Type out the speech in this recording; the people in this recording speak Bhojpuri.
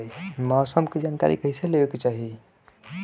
मौसम के जानकारी कईसे लेवे के चाही?